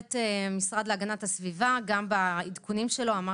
המשרד להגנת הסביבה גם בעדכונים שלו אמר